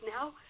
now